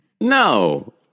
No